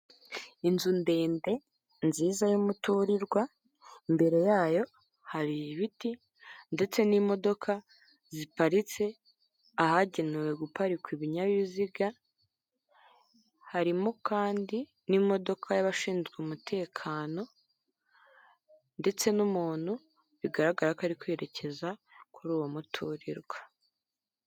Inzu ndende nziza y'umuturirwa, imbere yayo hari ibiti ndetse n'imodoka ziparitse ahagenewe guparikwa ibinyabiziga. Harimo kandi n'imodoka y'abashinzwe umutekano, ndetse n'umuntu bigaragara ko ari kwerekeza kuri uwo muturirwa.